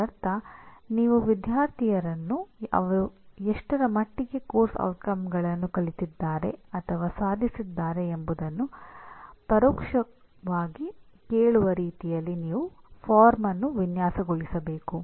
ಇದರರ್ಥ ನೀವು ವಿದ್ಯಾರ್ಥಿಯರನ್ನು ಅವರು ಎಷ್ಟರ ಮಟ್ಟಿಗೆ ಪಠ್ಯಕ್ರಮದ ಪರಿಣಾಮಗಳನ್ನು ಕಲಿತಿದ್ದಾರೆ ಅಥವಾ ಸಾಧಿಸಿದ್ದಾರೆ ಎಂಬುದನ್ನು ಪರೋಕ್ಷವಾಗಿ ಕೇಳುವ ರೀತಿಯಲ್ಲಿ ನೀವು ಪ್ರಪತ್ರವನ್ನು ವಿನ್ಯಾಸಗೊಳಿಸಬೇಕು